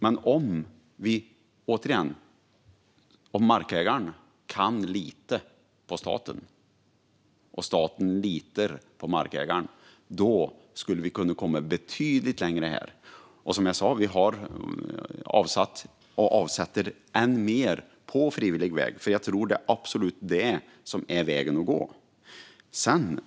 Men - återigen - om markägaren kan lita på staten och staten litar på markägaren skulle vi kunna komma betydligt längre. Vi har ju avsatt och avsätter än mer på frivillig väg. Jag tror absolut att det är vägen att gå.